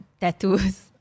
tattoos